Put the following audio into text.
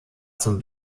zum